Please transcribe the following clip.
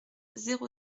zéro